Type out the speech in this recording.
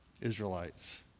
Israelites